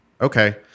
okay